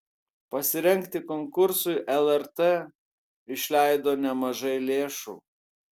pasirengti konkursui lrt išleido nemažai lėšų